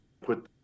put